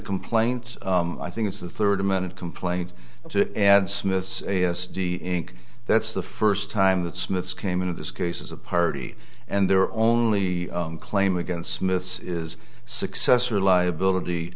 complaint i think it's a thirty minute complaint and smith a s d inc that's the first time that smith came into this case as a party and there are only claim against smith's is successor liability